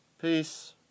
Peace